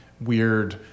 weird